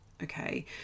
Okay